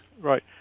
Right